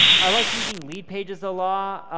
i like using leadpages a lot,